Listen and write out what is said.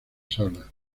salas